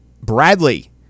Bradley